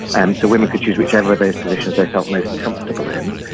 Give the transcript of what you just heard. um so women could choose whichever of those positions they felt most comfortable in,